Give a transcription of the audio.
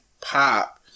pop